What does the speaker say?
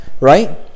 Right